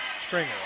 Stringer